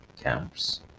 camps